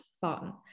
fun